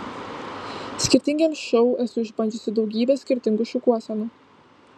skirtingiems šou esu išbandžiusi daugybę skirtingų šukuosenų